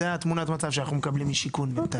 זה תמונת המצב שאנחנו מקבלים מהשיכון כרגע.